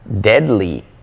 deadly